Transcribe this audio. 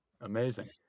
Amazing